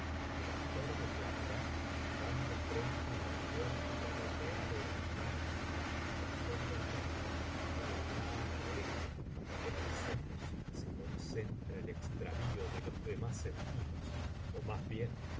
ei actor declamará dando frente á la puerta por donde ha de entrar á la habitación del rey que está á la derecha eu mis ojos se concentra el extravío de los demás sentidos ó más bien